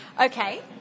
Okay